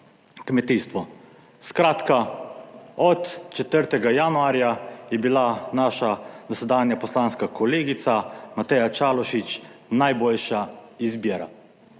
kmetijstvo. Skratka, od 4. januarja je bila naša dosedanja poslanska kolegica Mateja Čalušić najboljša 10.